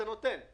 לפצועים הקשה.